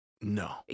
No